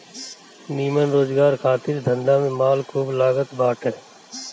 निमन रोजगार खातिर धंधा में माल खूब लागत बाटे